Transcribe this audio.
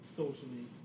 socially